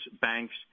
banks